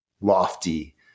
lofty